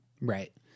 Right